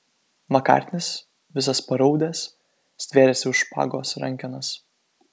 makartnis visas paraudęs stvėrėsi už špagos rankenos